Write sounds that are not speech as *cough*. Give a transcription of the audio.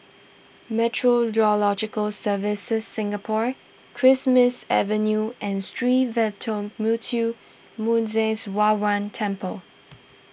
Meteorological Services Singapore Christmas Avenue and Sree Veeramuthu Muneeswaran Temple *noise*